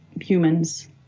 humans